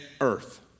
earth